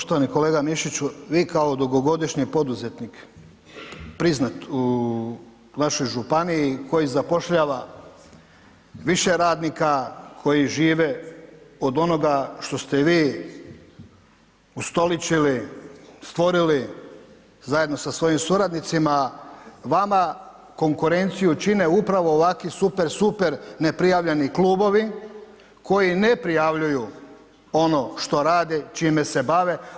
Poštovani kolega Mišiću, vi kao dugogodišnji poduzetnik, priznat u našoj županiji, koji zapošljava više radnika, koji žive od onoga što ste vi ustolićili, stvorili, zajedno sa svojim suradnicima, vama konkurenciju čine, upravo ovakvi, super, super, neprijavljeni klubovi, koji ne prijavljuju ono što rade i čime se bave.